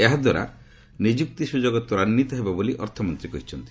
ଏହାଦ୍ୱାରା ନିଯୁକ୍ତି ସୁଯୋଗ ତ୍ୱରାନ୍ୱିତ ହେବ ବୋଲି ଅର୍ଥମନ୍ତ୍ରୀ କହିଛନ୍ତି